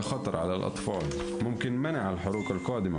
(מוצג סרטון בפני הוועדה)